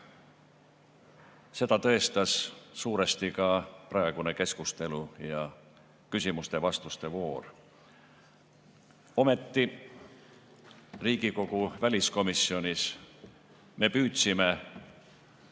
Seda tõestas suuresti ka praegune keskustelu ja küsimuste-vastuste voor. Ometi Riigikogu väliskomisjonis me püüdsime